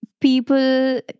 people